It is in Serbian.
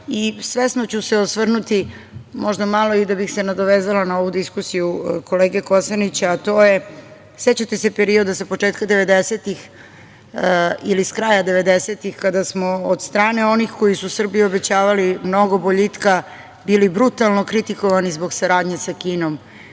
godina. Svesno ću se osvrnuti, možda i malo da bih se nadovezala na ovu diskusiju kolege Kosanića, a to je, sećate se perioda sa početka devedesetih ili s kraja devedesetih kada smo od strane onih koji su Srbiji obećavali mnogo boljitka bili brutalno kritikovani zbog saradnje sa Kinom,